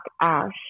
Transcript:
ash